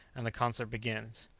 and the concert begins.